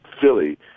Philly